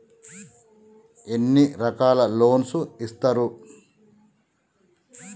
ఎన్ని రకాల లోన్స్ ఇస్తరు?